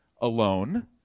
alone